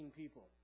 people